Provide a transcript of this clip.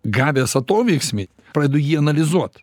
gavęs atoveiksmį pradedu jį analizuot